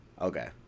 Okay